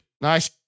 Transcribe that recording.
Nice